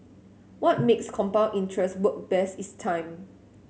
what makes compound interest work best is time